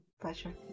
Pleasure